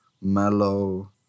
mellow